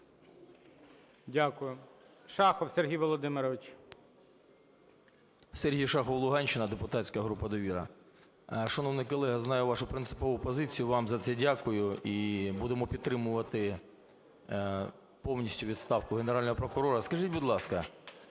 Дякую. Шахов Сергій Володимирович.